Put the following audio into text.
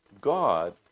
God